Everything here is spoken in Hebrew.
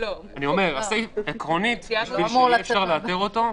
עקרונית יהיה לאתר אותו,